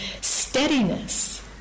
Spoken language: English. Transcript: steadiness